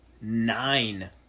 nine